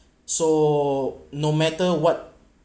so no matter what